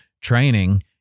training